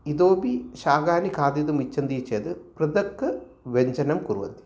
इतोऽपि शाकानि खादितुम् इच्छन्ति चेत् पृथक् व्यञ्जनं कुर्वन्ति